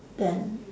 then